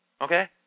Okay